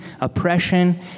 oppression